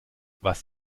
was